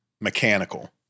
mechanical